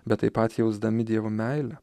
bet taip pat jausdami dievo meilę